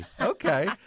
Okay